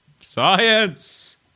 Science